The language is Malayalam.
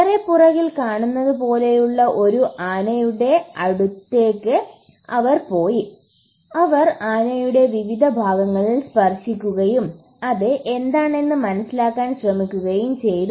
എന്റെ പുറകിൽ കാണുന്നതുപോലെയുള്ള ഒരു ആനയുടെ അടുത്തേക്ക് അവർ പോയി അവർ ആനയുടെ വിവിധ ഭാഗങ്ങളിൽ സ്പർശിക്കുകയും അത് എന്താണെന്ന് മനസ്സിലാക്കാൻ ശ്രമിക്കുകയും ചെയ്തു